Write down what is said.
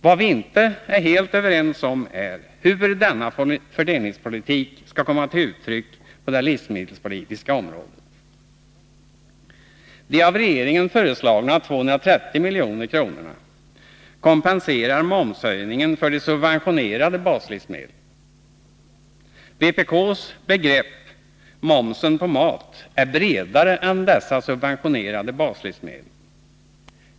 Vad vi inte är helt överens om är hur denna fördelningspolitik skall komma till uttryck på det livsmedelspolitiska området. De av regeringen föreslagna 230 milj.kr. kompenserar momshöjningen för de subventionerade baslivsmedlen. Vpk:s begrepp ”momsen på mat” är bredare än dessa subventionerade baslivsmedel.